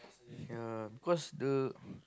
ya because the